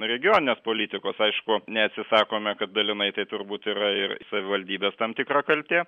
regioninės politikos aišku neatsisakome kad dalinai tai turbūt yra ir savivaldybės tam tikra kaltė